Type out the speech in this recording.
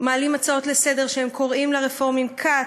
מעלים הצעות לסדר-היום כשהם קוראים לרפורמים "כת"